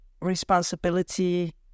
responsibility